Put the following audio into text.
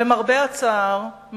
למרבה הצער,